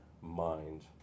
mind